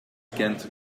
ghent